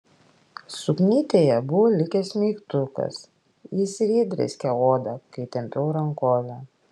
suknytėje buvo likęs smeigtukas jis ir įdrėskė odą kai tempiau rankovę